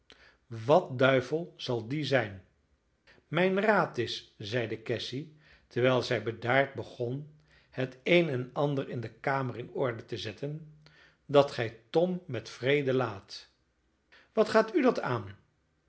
wat duivel zal die zijn mijn raad is zeide cassy terwijl zij bedaard begon het een en ander in de kamer in orde te zetten dat gij tom met vrede laat wat gaat u dat aan